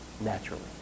naturally